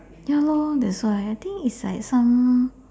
ya lor that's why I think it's like some